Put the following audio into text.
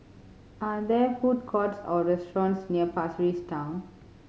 are there food courts or restaurants near Pasir Ris Town